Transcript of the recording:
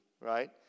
right